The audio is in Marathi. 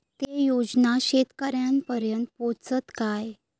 ते योजना शेतकऱ्यानपर्यंत पोचतत काय?